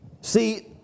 see